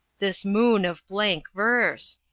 this moon of blank verse!